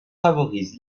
favorise